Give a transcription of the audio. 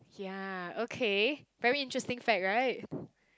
ya okay very interesting fact right